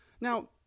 Now